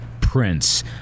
Prince